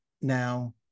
Now